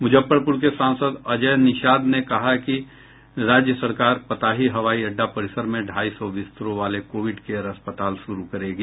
मुजफ्फरपुर के सांसद अजय निशाद ने कहा है कि राज्य सरकार पताही हवाई अड्डा परिसर में ढ़ाई सौ बिस्तरों वाले कोविड केयर अस्पताल शुरू करेगी